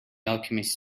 alchemist